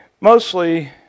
mostly